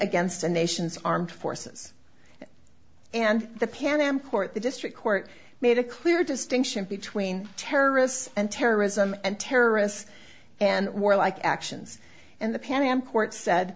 against a nation's armed forces and the pan am court the district court made a clear distinction between terrorists and terrorism and terrorists and warlike actions and the pan am court said